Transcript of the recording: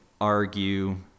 argue